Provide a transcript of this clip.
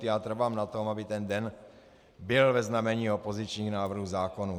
Já trvám na tom, aby ten den byl ve znamení opozičních návrhů zákonů.